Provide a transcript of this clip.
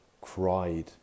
cried